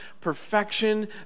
perfection